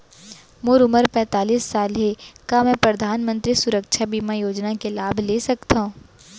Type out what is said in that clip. मोर उमर पैंतालीस साल हे का मैं परधानमंतरी सुरक्षा बीमा योजना के लाभ ले सकथव?